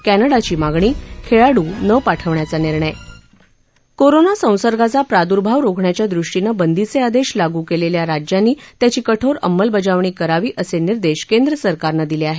कमडाची मागणी खेळाडू न पाठवण्याचा निर्णय कोरोना संसर्गाचा प्रादर्भाव रोखण्याच्या दृष्टीनं बंदीचे आदेश लागू केलेल्या राज्यांनी त्याची कठोर अंमलबजावणी करावी असे निर्देश केंद्र सरकारनं दिले आहेत